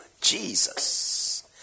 Jesus